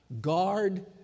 guard